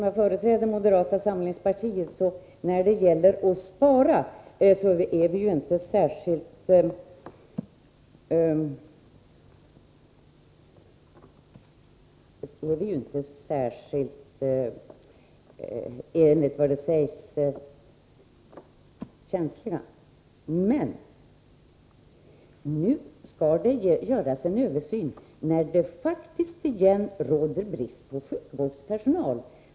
Jag företräder moderata samlingspartiet, och när det gäller att spara anses vi ju inte vara särskilt känsliga. Nu skall det emellertid göras en översyn när det faktiskt återigen råder brist på sjukvårdspersonal.